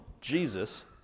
Jesus